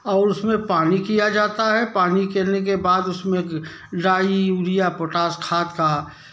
और उस में पानी किया जाता है पानी करने के बाद उसमें फ़िर डाई यूरिया पोटाश खाद का